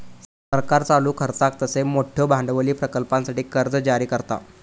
सरकार चालू खर्चाक तसेच मोठयो भांडवली प्रकल्पांसाठी कर्जा जारी करता